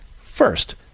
first